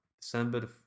December